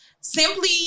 Simply